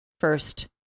first